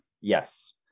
Yes